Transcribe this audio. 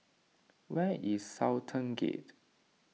where is Sultan Gate